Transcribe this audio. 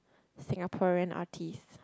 Singaporean artists